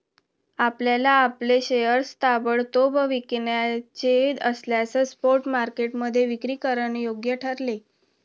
आपल्याला आपले शेअर्स ताबडतोब विकायचे असल्यास स्पॉट मार्केटमध्ये विक्री करणं योग्य ठरेल